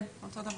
כן, אותו דבר.